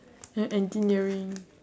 and engineering